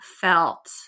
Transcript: felt